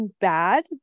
bad